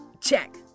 check